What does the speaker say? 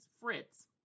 Fritz